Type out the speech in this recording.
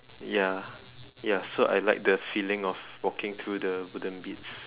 ya ya so I like the feeling of walking through the wooden beads